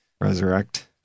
resurrect